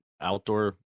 outdoor